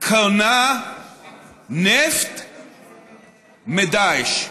קונה נפט מדאעש.